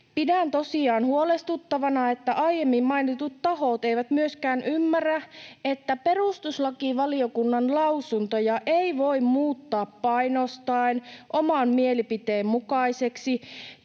tosiaan huolestuttavana, että aiemmin mainitut tahot eivät myöskään ymmärrä, että perustuslakivaliokunnan lausuntoja ei voi muuttaa painostaen oman mielipiteen mukaiseksi